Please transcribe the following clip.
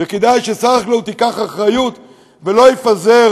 וכדאי ששר החקלאות ייקח אחריות ולא יפזר